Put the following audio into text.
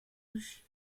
logis